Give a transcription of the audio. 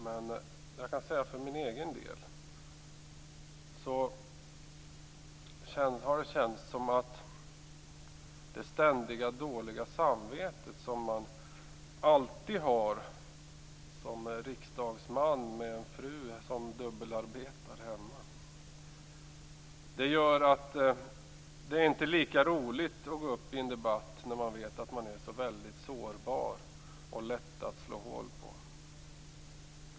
Men jag kan för min egen del säga att det dåliga samvete som man alltid har som riksdagsman med en fru som dubbelarbetar hemma gör att det inte är lika roligt att gå upp i en debatt. Man vet att man är så väldigt sårbar och lätt att slå hål på.